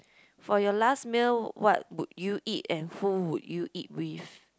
for your last meal what would you eat and who would you eat with